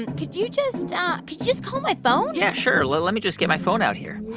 and could you just um just call my phone? yeah, sure, let let me just get my phone out here